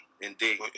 Indeed